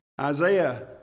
Isaiah